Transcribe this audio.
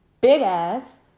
big-ass